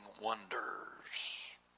wonders